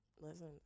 Listen